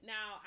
Now